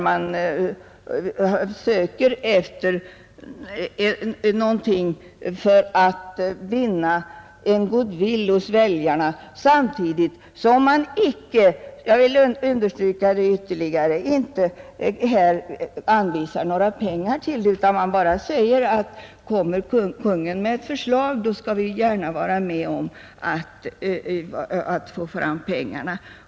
Man söker efter någonting för att vinna en goodwill hos väljarna samtidigt som man inte — jag vill understryka det ytterligare — anvisar några pengar till det. Man säger bara att lägger Kungl. Maj:t fram ett förslag, skall man gärna vara med om att få fram pengarna.